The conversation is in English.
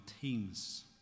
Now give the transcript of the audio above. teams